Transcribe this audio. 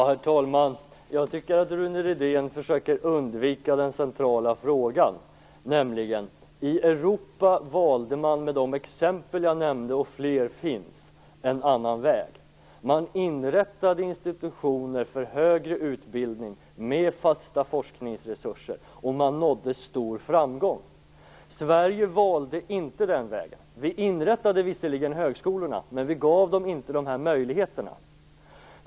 Herr talman! Jag tycker att Rune Rydén försöker undvika den centrala frågan, nämligen att man i Europa med de exempel som jag nämnde, och det finns fler, en annan väg. Man inrättade institutioner för högre utbildning med fasta forskningsresurser, och man nådde stor framgång. Sverige valde inte den vägen. Vi inrättade visserligen högskolorna, men vi gav dem inte dessa möjligheter.